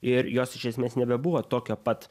ir jos iš esmės nebebuvo tokio pat